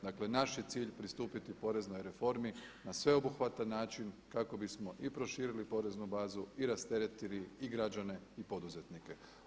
Dakle, naš je cilj pristupiti poreznoj reformi na sveobuhvatan način kako bismo i proširili poreznu bazu i rasteretili i građane i poduzetnike.